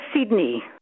Sydney